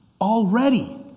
already